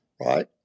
right